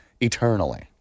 eternally